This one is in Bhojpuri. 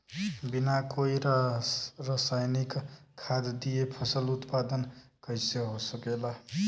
बिना कोई रसायनिक खाद दिए फसल उत्पादन कइसे हो सकेला?